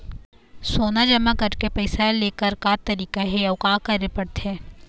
सोना जमा करके पैसा लेकर का तरीका हे अउ का करे पड़थे?